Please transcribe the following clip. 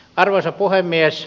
arvoisa puhemies